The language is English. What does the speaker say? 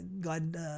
God